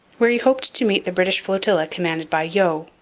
where he hoped to meet the british flotilla commanded by yeo.